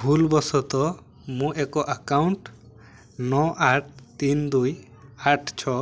ଭୁଲବଶତଃ ମୁଁ ଏକ ଆକାଉଣ୍ଟ୍ ନଅ ଆଠ ତିନି ଦୁଇ ଆଠ ଛଅ